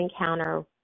encounter